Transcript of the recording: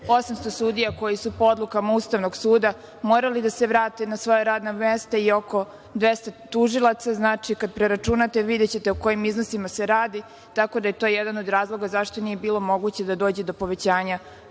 800 sudija koji su po odlukama Ustavnog suda morali da se vrate na svoja radna mesta i oko 200 tužilaca. Znači, kad preračunate videćete o kojim iznosima se radi, tako da je to jedan od razloga zašto nije bilo moguće da dođe povećanja